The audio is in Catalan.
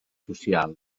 socials